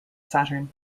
saturn